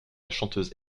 chanteuse